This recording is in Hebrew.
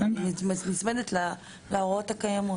אני נצמדת להוראות הקיימות.